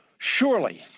surely